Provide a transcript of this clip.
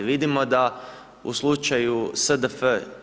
Vidimo da u slučaju SDF